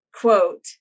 quote